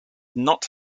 not